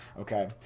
okay